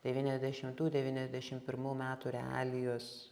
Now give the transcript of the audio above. devyniasdešimtų devyniasdešim pirmų metų realijos